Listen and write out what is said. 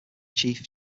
chief